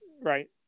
right